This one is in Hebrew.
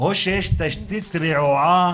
או שיש תשתית רעועה